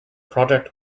project